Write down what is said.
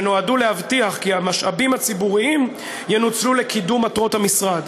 שנועדו להבטיח כי המשאבים הציבוריים ינוצלו לקידום מטרות המשרד.